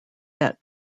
that